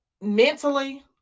mentally